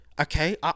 Okay